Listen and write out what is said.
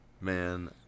man